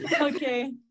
okay